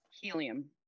helium